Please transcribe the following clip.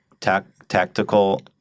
tactical